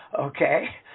Okay